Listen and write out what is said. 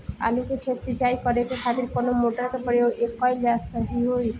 आलू के खेत सिंचाई करे के खातिर कौन मोटर के प्रयोग कएल सही होई?